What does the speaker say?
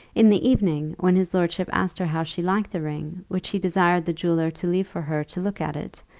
in the evening, when his lordship asked her how she liked the ring, which he desired the jeweller to leave for her to look at it,